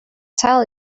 tell